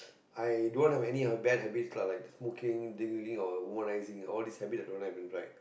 i don't have any bad habits lah like smoking drinking or womanising all these habits i don't have in fact